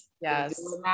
yes